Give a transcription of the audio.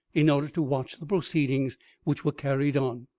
in order to watch the proceedings which were carried on.